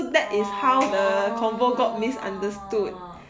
orh